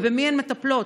ובמי הן מטפלות?